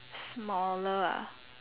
smaller ah